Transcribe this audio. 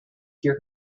hear